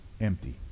empty